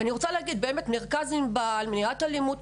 אני רוצה להגיד לגבי מרכז ענבל, מניעת אלימות: